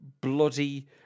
bloody